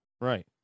Right